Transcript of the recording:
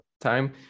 time